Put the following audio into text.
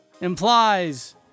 implies